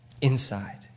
inside